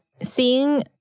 seeing